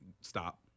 stop